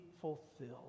fulfilled